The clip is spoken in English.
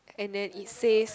and then it says